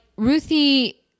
Ruthie